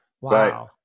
Wow